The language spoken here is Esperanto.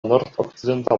nordokcidenta